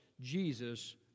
Jesus